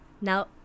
Now